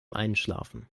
einschlafen